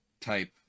type